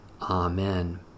Amen